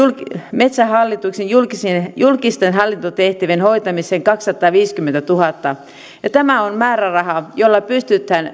metsähallituksen julkisten hallintotehtävien hoitamiseen kaksisataaviisikymmentätuhatta euroa tämä on määräraha jolla pystytään